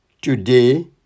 Today